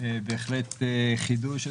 בהחלט חידוש.